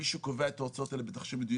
מי שקובע את ההוצאות האלה בתחשיב מדויק